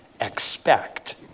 expect